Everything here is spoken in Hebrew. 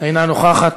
אינה נוכחת.